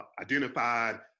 identified